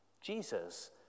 Jesus